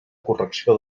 correcció